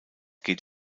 geht